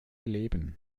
leben